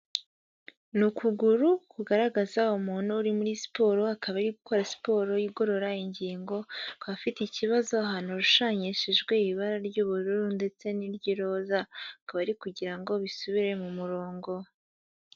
Ni ukuguru kugaragaza umuntu uri muri siporo, akaba ari gukora siporo yigorora ngingo, akaba afite ikibazo ahantu hashushanyishijwe n’ibara ry'ubururu ndetse n'iry'iroza akaba ari kugira ngo bisubire mu murongo.